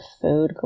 food